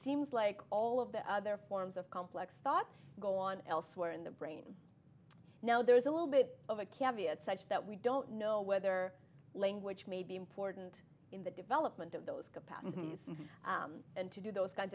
seems like all of the other forms of complex thought go on elsewhere in the brain now there's a little bit of a cabinet such that we don't know whether language may be important in the development of those capacities and to do those kinds